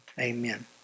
Amen